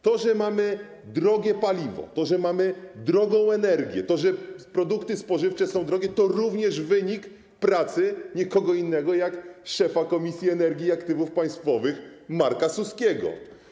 To, że mamy drogie paliwo, to, że mamy drogą energię, to, że produkty spożywcze są drogie, to jest również wynik pracy nie kogo innego jak szefa komisji energii i aktywów państwowych Marka Suskiego.